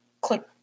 Click